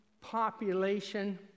population